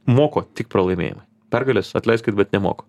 moko tik pralaimėjimai pergalės atleiskit bet nemoko